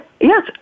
Yes